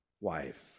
wife